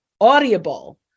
Audible